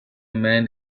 man